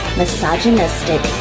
misogynistic